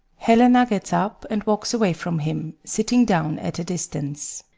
helena gets up and walks away from him, sitting down at a distance.